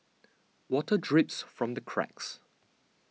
water drips from the cracks